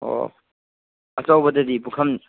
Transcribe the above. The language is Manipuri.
ꯑꯣ ꯑꯆꯧꯕꯗꯗꯤ ꯄꯨꯈꯝ